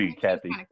Kathy